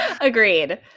Agreed